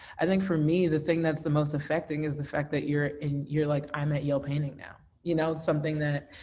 i think for me, the thing that's the most effecting is the fact that you're and you're like i'm at yale painting now, you know something that,